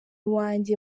wanjye